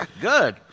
Good